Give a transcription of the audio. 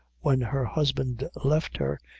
when her husband left her,